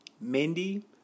Mindy